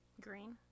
Green